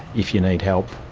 if you need help,